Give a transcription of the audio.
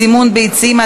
סימון ביצים),